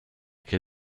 che